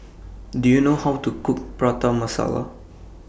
Do YOU know How to Cook Prata Masala